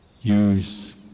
use